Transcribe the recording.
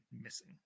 missing